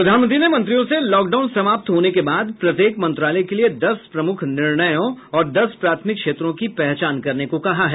प्रधानमंत्री ने मंत्रियों से लॉकडाउन समाप्त होने के बाद प्रत्येक मंत्रालय के लिये दस प्रमुख निर्णयों और दस प्राथमिक क्षेत्रों की पहचान करने को कहा है